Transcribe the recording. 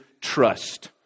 trust